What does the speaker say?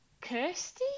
Kirsty